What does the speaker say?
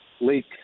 leak